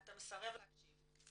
אתה מסרב להקשיב,